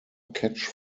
catch